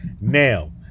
Now